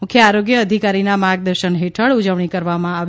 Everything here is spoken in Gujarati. મુખ્ય આરોગ્ય અધિકારીના માર્ગદર્શન હેઠળ ઉજવણી કરવામાં આવી